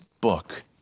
book